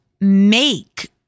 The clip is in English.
make